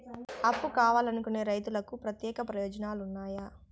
అప్పు కావాలనుకునే రైతులకు ప్రత్యేక ప్రయోజనాలు ఉన్నాయా?